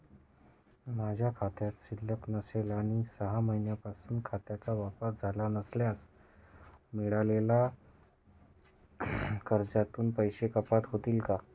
माझ्या खात्यात शिल्लक नसेल आणि सहा महिन्यांपासून खात्याचा वापर झाला नसल्यास मिळालेल्या कर्जातून पैसे कपात होतील का?